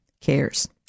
cares